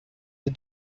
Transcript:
the